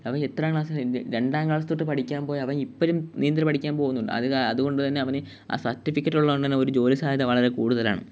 അവൻ എത്ര ക്ലാസ് രണ്ടാം ക്ലാസ് തൊട്ട് പഠിക്കാൻ പോയ അവൻ ഇപ്പോഴും നീന്തൽ പഠിക്കാൻ പോകുന്നുണ്ട് അതുകൊണ്ട് തന്നെ അവന് ആ സർട്ടിഫിക്കറ്റ് ഉള്ളത് കൊണ്ട് ഒരു ജോലി സാധ്യത വളരെ കൂടുതലാണ്